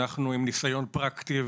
אנחנו עם ניסיון פרקטי,